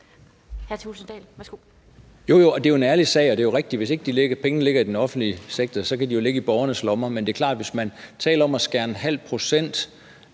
Thulesen Dahl (DF): Jo, og det er jo en ærlig sag. Det er jo rigtigt, at hvis ikke pengene ligger i den offentlige sektor, kan de jo ligge i borgernes lommer. Men det er klart – i forhold til at man taler om at skære ½ pct. af det